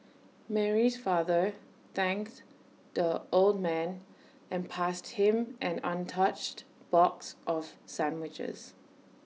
Mary's father thanked the old man and passed him an untouched box of sandwiches